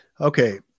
okay